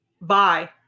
Bye